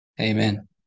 Amen